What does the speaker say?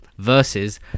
versus